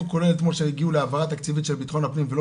כולל אתמול שהגיעו להעברת תקציב של ביטחון הפנים ולא